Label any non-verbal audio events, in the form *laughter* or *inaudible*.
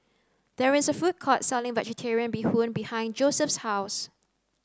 there is a food court selling vegetarian bee *noise* hoon behind Joseph's house